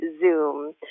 Zoom